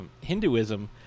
Hinduism